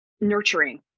Nurturing